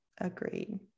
Agreed